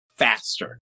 faster